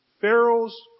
Pharaoh's